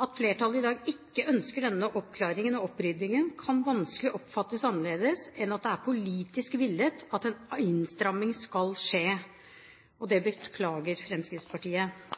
At flertallet i dag ikke ønsker denne oppklaringen og oppryddingen, kan vanskelig oppfattes annerledes enn at det er politisk villet at en innstramming skal skje, og det beklager Fremskrittspartiet.